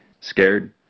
Scared